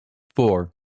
four